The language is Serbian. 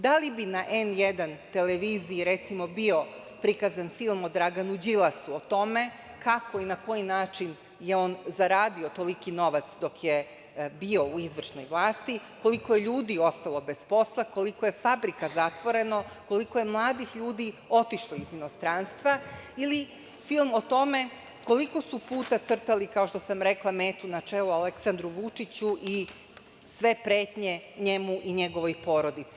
Da li bi na N1 televiziji, recimo, bio prikazan film o Draganu Đilasu o tome kako i na koji način je on zaradio toliki novac dok je bio u izvršnoj vlasti, koliko je ljudi ostalo bez posla, koliko je fabrika zatvoreno, koliko je mladih ljudi otišlo iz inostranstva ili film o tome koliko su puta crtali, kao što sam rekla, metu na čelu Aleksandru Vučiću i sve pretnje njemu i njegovoj porodici?